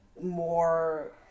more